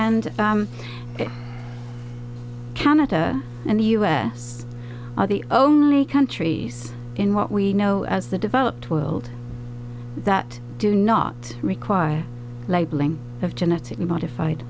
and canada and the us are the only countries in what we know as the developed world that do not require labeling of genetically modified